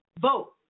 Vote